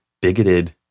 bigoted